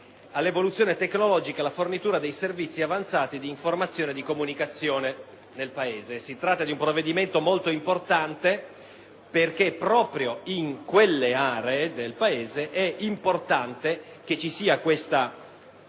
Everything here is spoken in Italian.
all'evoluzione tecnologica e alla fornitura dei servizi avanzati di informazione e di comunicazione del Paese. Si tratta di una norma molto importante perché, proprio in quelle aree del Paese, è importante che ci sia uno